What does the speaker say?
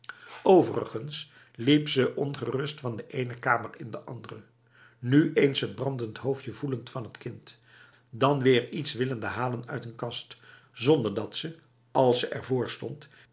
overigens liep ze onrustig van de ene kamer in de andere nu eens het brandend hoofdje voelend van het kind dan weer iets willende halen uit een kast zonder dat ze als ze ervoor stond